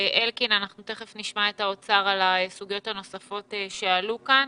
תיכף נשמע את האוצר בסוגיות הנוספות שעלו כאן.